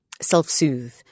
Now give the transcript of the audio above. self-soothe